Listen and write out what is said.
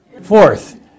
Fourth